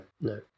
no